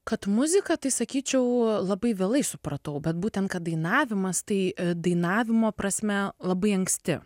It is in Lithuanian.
kad muzika tai sakyčiau labai vėlai supratau bet būtent kad dainavimas tai dainavimo prasme labai anksti